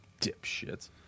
Dipshits